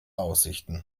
aussichten